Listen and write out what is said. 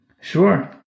Sure